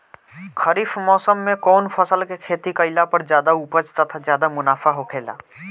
खरीफ़ मौसम में कउन फसल के खेती कइला पर ज्यादा उपज तथा ज्यादा मुनाफा होखेला?